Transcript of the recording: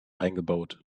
eingebaut